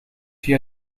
via